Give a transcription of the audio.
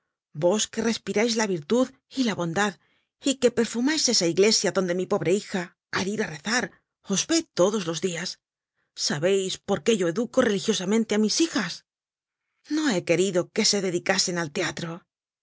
vos que respirais la virtud y la bondad y que perfumais esa iglesia donde mi pobre hija al ir á rezar os ve todos los dias sabeis por qué yo educo religiosamente á mis hijas no he querido que se dedicasen al teatro